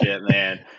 man